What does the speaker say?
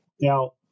Now